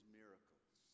miracles